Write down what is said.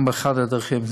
גם באחת הדרכים,